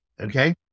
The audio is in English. okay